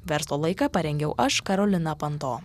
verslo laiką parengiau aš karolina panto